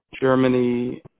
Germany